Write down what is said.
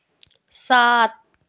सात